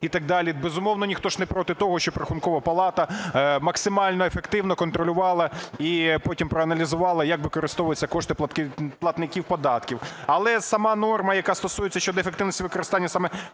і так далі, безумовно, ніхто ж не проти того, щоб Рахункова палата максимально ефективно контролювала і потім проаналізувала, як використовуються кошти платників податків. Але сама норма, яка стосується щодо ефективності використання саме